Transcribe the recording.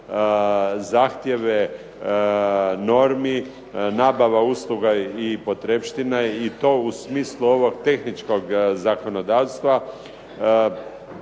zahtjeve normi, nabava usluga i potrepština i to u smislu ovog tehničkog zakonodavstva